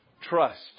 Trust